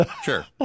sure